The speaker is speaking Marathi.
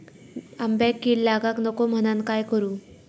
आंब्यक कीड लागाक नको म्हनान काय करू?